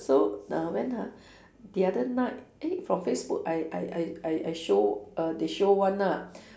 so uh when ha the other night eh from Facebook I I I I I show err they show [one] ah